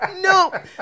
No